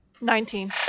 Nineteen